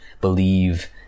believe